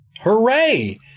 Hooray